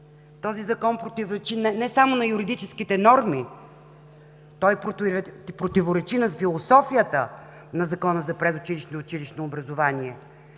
този Закон противоречи не само на юридическите норми, той противоречи на философията на Закона за предучилищното и училищното образование.